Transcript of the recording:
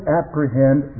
apprehend